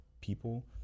people